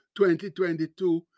2022